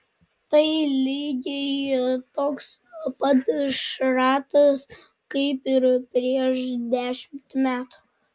tai lygiai toks pat šratas kaip ir prieš dešimt metų